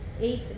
eighth